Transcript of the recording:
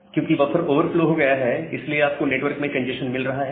क्योंकि buffer overflow हो गया है इसलिए आपको नेटवर्क में कंजेस्शन मिल रहा है